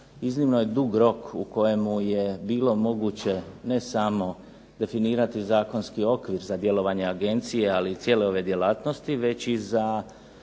iznimno dug rok u kojemu je bilo moguće ne samo definirati zakonski okvir za djelovanje agencije, ali i cijele ove djelatnosti već i za